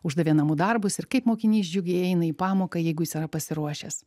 uždavė namų darbus ir kaip mokinys džiugiai eina į pamoką jeigu jis yra pasiruošęs